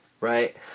right